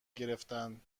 گرفتن